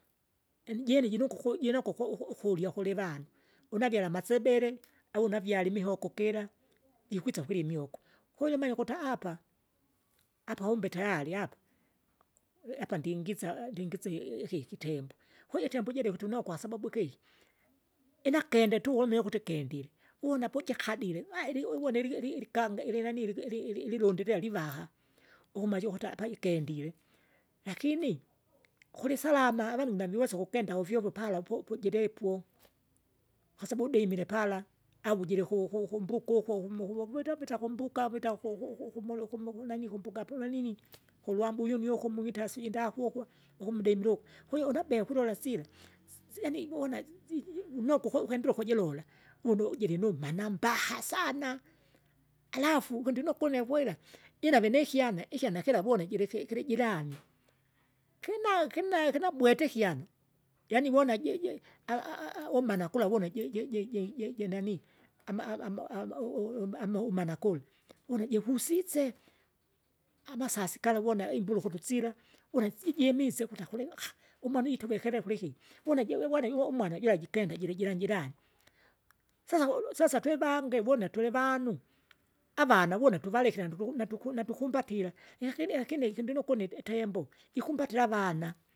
Enijene jinokuku jinokuku uku- ukurya kulivana, unavyare amasebele, au unavyale imihogo kira jikwisa kurya imihogo, kujimanya ukuta apa, apa umbe tayari apa. Apa ndingisa ndingise iki- ikitembo, kwahiyo itembo jira ikutunokwa sababu ikigi, inakende tu lomile ukuti kendile, unapuja kadile uvone ili- ili- ilikanga ilinani ili- ili- ililundi livaha, ukumalie ukuti apa ikendile, lakini, kulisama avanu naviwesa ukikenda ovovyo pala popojilepo. Kwsabau udimile pala, au ujile ku- ku- kumbuko uko kumo kumo vitapita kumbuka vita uku- uku- uku- ukumulu ukumu ukunanii kumbungapi unanini uruha mbuyuni uko muita sijui indakukwa, ukumudimile uko, kwahiyo unabea kulola sila, sisi yani una unoko ko ukendelea ukujilula, uno jiri numnana mbaha sana, alafu kundinokwa une wira, jilave nikyana ikyana kila vune jiriki kilijiramai, kina kina kinabweta ikyana, yaani vona jiji umana kula vuna ji- nji- ji- ji- jinani ama- ama- ama- u- u- uma- umana kula, une jikusise, amasasi gala wona imulukutu sila, une sijimise ukuta kuli umwana ujituvekere kuliki, vune je vune vo umwana jira jitenga jiirijirani jirani, sasa ulu sasa twevange vuna vuna tulivanu, avana vuna tuvaleke tuvalekera ndutu natu- natu- natukumbatira, yakini yakini ikindinokwa une itembo, jikumbatira avana.